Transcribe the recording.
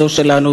זו שלנו,